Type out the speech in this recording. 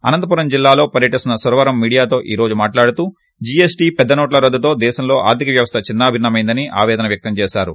ఆనంతపురం జిల్లాలో పర్యటిస్తున్న సురవరం మీడియాతో ఈ రోజు మాట్లాడుతూ జీఎస్టీ పెద్ద నోట్ల రద్దుతో దేశంలో తెర్థిక వ్యవస్థ చిన్నాభిన్నమైందని ఆవేదన వ్యక్తం చేసారు